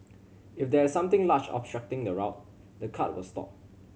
if there is something large obstructing the route the cart will stop